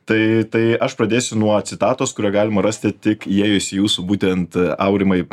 tai tai aš pradėsiu nuo citatos kurią galima rasti tik įėjus į jūsų būtent aurimai